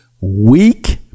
weak